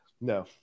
No